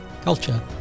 culture